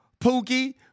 Pookie